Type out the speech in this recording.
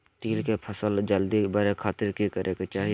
तिल के फसल जल्दी बड़े खातिर की करे के चाही?